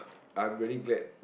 I'm really glad